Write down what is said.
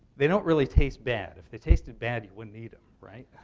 they don't really taste bad. if they tasted bad, you wouldn't eat them, right?